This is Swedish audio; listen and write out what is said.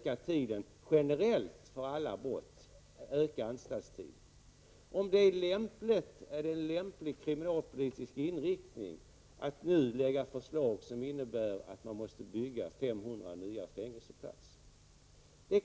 strafftiden generellt för alla brott och om det är en lämplig kriminalpolitisk inriktning att nu lägga fram förslag som innebär att man måste bygga 500 nya fängelseplatser.